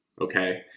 okay